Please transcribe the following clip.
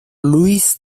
luis